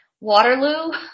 Waterloo